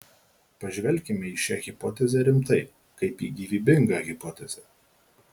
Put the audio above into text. pažvelkime į šią hipotezę rimtai kaip į gyvybingą hipotezę